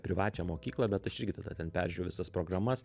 privačią mokyklą bet aš irgi tada ten peržiūriu visas programas